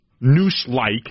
noose-like